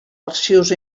arxius